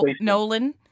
Nolan